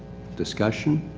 discussion